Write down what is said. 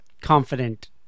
confident